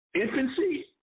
infancy